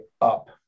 up